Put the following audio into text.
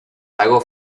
hago